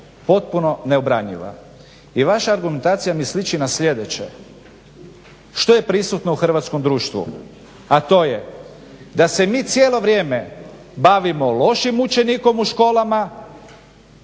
potpuno neobranjiva i vaša argumentacija mi sliči na sljedeće što je prisutno u hrvatskom društvu, a to je da se mi cijelo vrijeme bavimo lošim učenikom u školama,